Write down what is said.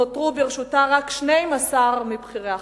נותרו ברשותה רק 12 מבכירי ה"חמאס".